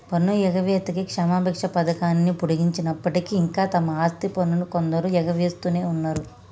పన్ను ఎగవేతకి క్షమబిచ్చ పథకాన్ని పొడిగించినప్పటికీ ఇంకా తమ ఆస్తి పన్నును కొందరు ఎగవేస్తునే ఉన్నరు